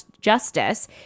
justice